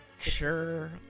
sure